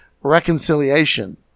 reconciliation